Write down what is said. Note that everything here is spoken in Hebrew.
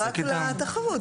אותם רק לתחרות,